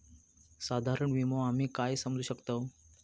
साधारण विमो आम्ही काय समजू शकतव?